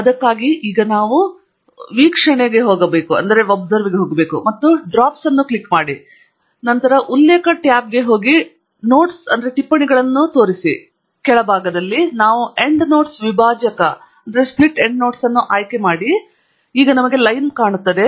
ಅದಕ್ಕಾಗಿ ನಾವು ಈಗ ಮಾಡಬೇಕಾದದ್ದು ವೀಕ್ಷಣೆಗೆ ಹೋಗಿ ಮತ್ತು ಡ್ರಾಫ್ಟ್ ಅನ್ನು ಕ್ಲಿಕ್ ಮಾಡಿ ನಂತರ ಉಲ್ಲೇಖಗಳು ಟ್ಯಾಬ್ಗೆ ಹೋಗಿ ಟಿಪ್ಪಣಿಗಳನ್ನು ತೋರಿಸಿ ಕೆಳಭಾಗದಲ್ಲಿ ನಾವು ಎಂಡ್ನೋಟ್ಸ್ ವಿಭಾಜಕವನ್ನು ಆಯ್ಕೆ ಮಾಡಿ ಮತ್ತು ಈಗ ನಮಗೆ ಲೈನ್ ಇದೆ